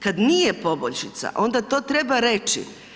Kad nije poboljšica, onda to treba reći.